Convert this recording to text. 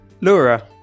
Laura